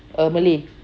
uh malay